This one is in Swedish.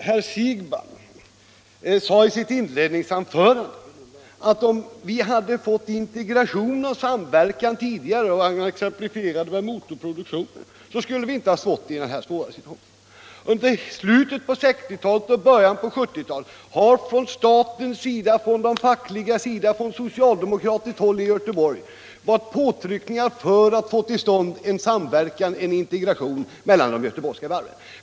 Herr Siegbahn sade i sitt inledningsanförande att om vi hade fått integration och samverkan tidigare — och han exemplifierade med motorproduktionen — skulle vi inte ha stått i den här svåra situationen. Under slutet av 1960-talet och början av 1970-talet har från statens sida, från den fackliga sidan och från socialdemokratiskt håll i Göteborg gjorts påtryckningar för att man skulle få till stånd en samverkan och integration mellan de göteborgska varven.